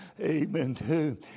amen